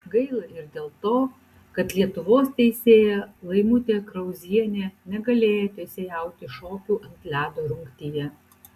gaila ir dėl to kad lietuvos teisėja laimutė krauzienė negalėjo teisėjauti šokių ant ledo rungtyje